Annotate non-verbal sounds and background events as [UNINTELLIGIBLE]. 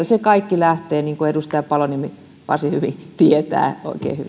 [UNINTELLIGIBLE] se kaikki lähtee niin kuin edustaja paloniemi varsin hyvin oikein hyvin tietää